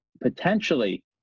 potentially